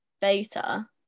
beta